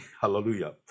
Hallelujah